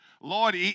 Lord